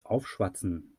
aufschwatzen